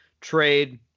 trade